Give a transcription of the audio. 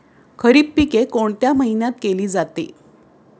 खरीप पिके कोणत्या महिन्यात केली जाते?